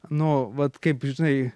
nu vat kaip žinai